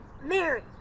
mary